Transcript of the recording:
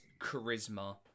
charisma